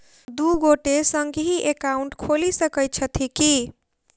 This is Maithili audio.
दु गोटे संगहि एकाउन्ट खोलि सकैत छथि की?